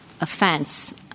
offense